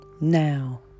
Now